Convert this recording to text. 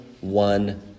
one